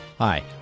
Hi